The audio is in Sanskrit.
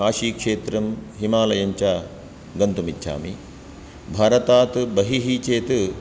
काशीक्षेत्रं हिमालयं च गन्तुम् इच्छामि भारतात् बहिः चेत्